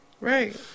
Right